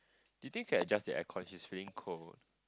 you think can adjust the air con he's feeling cold